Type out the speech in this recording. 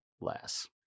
less